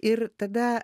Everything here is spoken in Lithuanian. ir tada